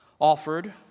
offered